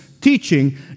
teaching